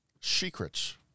secrets